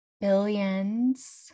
billions